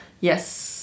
yes